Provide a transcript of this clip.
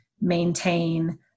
maintain